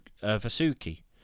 Vasuki